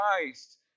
Christ